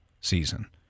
season